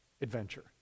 adventure